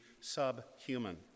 subhuman